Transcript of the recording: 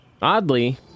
Oddly